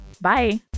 Bye